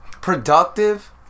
Productive